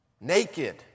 naked